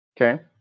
Okay